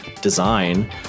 design